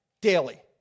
daily